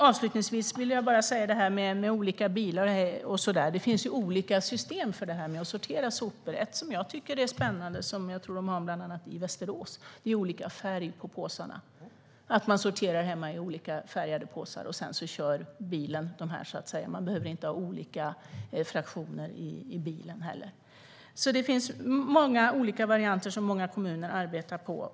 Avslutningsvis vill jag bara säga något om detta med olika bilar och så där. Det finns ju olika system för att sortera sopor, och ett som jag tycker är spännande - och som jag tror att de har bland annat i Västerås - är olika färg på påsarna. Man sorterar hemma i olikfärgade påsar, och sedan kör bilen dem. Man behöver då inte ha olika fraktioner i bilen heller. Det finns alltså många varianter som många kommuner arbetar på.